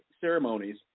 ceremonies